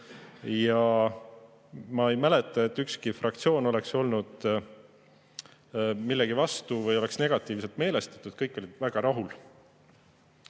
ja ma ei mäleta, et ükski fraktsioon oleks olnud millegi vastu või oleks olnud negatiivselt meelestatud. Kõik olid väga rahul.